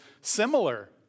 similar